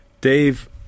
Dave